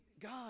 God